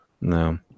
no